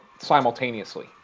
simultaneously